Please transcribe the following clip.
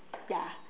ya